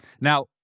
Now